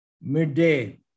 midday